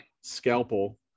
scalpel